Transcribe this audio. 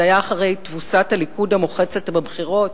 זה היה אחרי התבוסה המוחצת של הליכוד בבחירות,